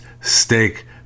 steak